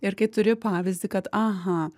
ir kai turi pavyzdį kad aha